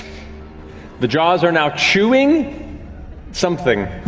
the jaws are now chewing something.